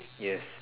yes